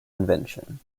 invention